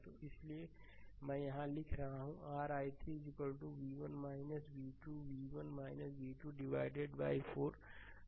तोइसलिए मैं यहां लिख रहा हूं ri3 v1 v2 v1 v2 divided by 4